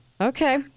okay